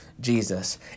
Jesus